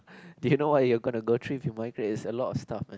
do you know what you are gonna go through if you migrate it's a lot of stuff eh